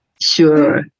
sure